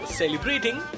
celebrating